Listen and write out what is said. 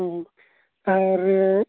ᱦᱩᱸ